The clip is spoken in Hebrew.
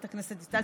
חברת הכנסת דיסטל,